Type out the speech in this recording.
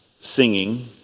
singing